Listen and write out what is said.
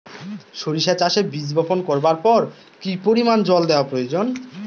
সরিষা চাষে বীজ বপন করবার পর কি পরিমাণ জল দেওয়া প্রয়োজন?